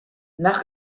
nach